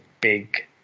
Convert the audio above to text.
big